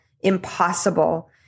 impossible